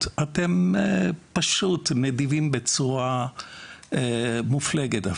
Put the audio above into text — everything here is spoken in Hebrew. אתם פשוט נדיבים בצורה אפילו מופלגת: